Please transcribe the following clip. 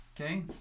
okay